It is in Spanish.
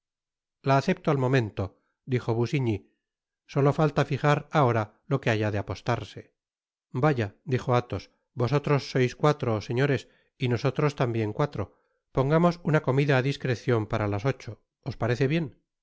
la acepto al momento dijo busiñy solo falta fijar ahora lo que haya de apostarse vaya dijo athos vosotros sois cuatro señores y nosotros tambien cuatro pongamos una comida á discrecion para las ocho os parece bien muy